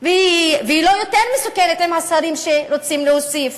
והיא לא יותר מסוכנת עם השרים שרוצים להוסיף.